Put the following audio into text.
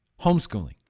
Homeschooling